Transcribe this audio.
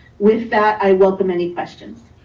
with that, i welcome any questions.